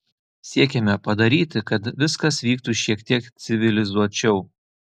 siekiame padaryti kad viskas vyktų šiek tiek civilizuočiau